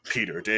Peter